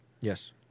yes